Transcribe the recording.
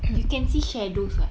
you can see shadows [what]